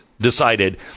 decided